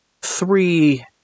three